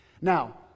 Now